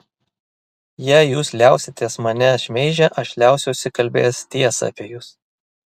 jei jūs liausitės mane šmeižę aš liausiuosi kalbėjęs tiesą apie jus